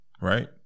right